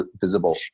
visible